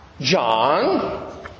John